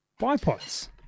bipods